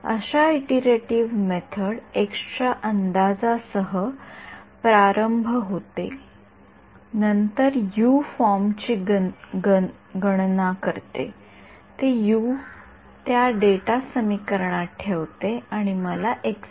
अशा iterative method एक्सच्या अंदाजासह प्रारंभ होते नंतर यू फॉर्मची गणना करते ते यू त्या डेटा समीकरणात ठेवते आणि मला एक्स देते